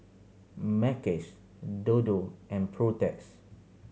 Mackays Dodo and Protex